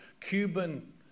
Cuban